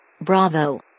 Bravo